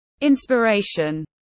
inspiration